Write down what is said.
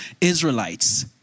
Israelites